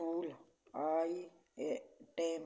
ਫੂਲ ਆਈ ਏ ਟੇਮ